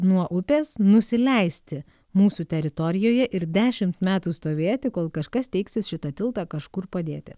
nuo upės nusileisti mūsų teritorijoje ir dešimt metų stovėti kol kažkas teiksis šitą tiltą kažkur padėti